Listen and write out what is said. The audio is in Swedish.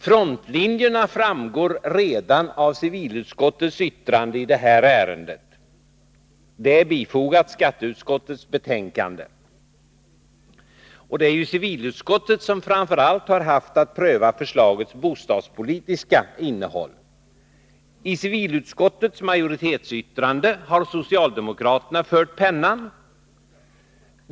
Frontlinjerna framgår redan av civilutskottets yttrande i det här ärendet. Yttrandet är bifogat skatteutskottets betänkande. Det är ju framför allt civilutskottet som har haft att pröva förslagets bostadspolitiska innehåll. I civilutskottets majoritetsyttrande har socialdemokraterna fört pennan.